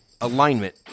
alignment